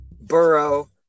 Burrow